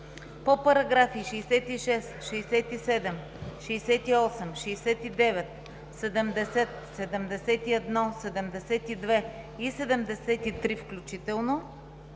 По параграфи 66, 67, 68, 69, 70, 71, 72 и 73 включително